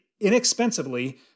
inexpensively